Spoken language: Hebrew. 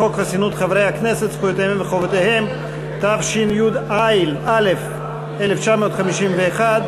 73, 18 מתנגדים, אין נמנעים.